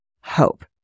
hope